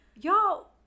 Y'all